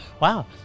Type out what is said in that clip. Wow